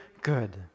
good